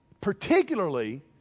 Particularly